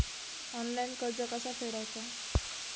Online कर्ज कसा फेडायचा?